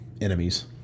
enemies